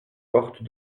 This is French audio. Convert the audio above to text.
portes